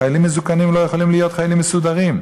חיילים מזוקנים לא יכולים להיות חיילים מסודרים,